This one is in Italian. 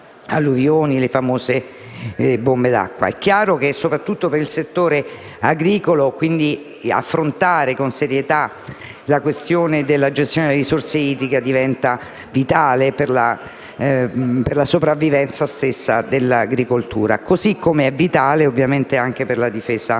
le famose bombe d’acqua. È chiaro che, soprattutto per il settore agricolo, affrontare con serietà la questione della gestione delle risorse idriche diventa vitale per la sopravvivenza stessa dell’agricoltura, così come è vitale per la difesa del suolo.